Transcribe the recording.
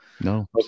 no